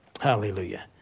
Hallelujah